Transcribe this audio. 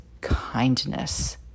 Kindness